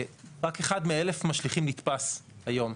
רק אחד מ-1,000 משליכים נתפס היום.